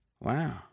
Wow